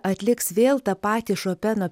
atliks vėl tą patį šopeno